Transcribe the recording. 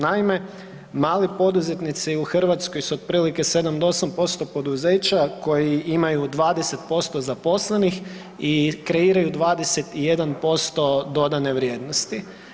Naime, mali poduzetnici u Hrvatskoj su otprilike 7 do 8% poduzeća koji imaju 20% zaposlenih i kreiraju 21% dodane vrijednosti.